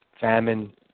famine